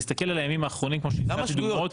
תסתכל על הימים האחרונים --- מה שגויות?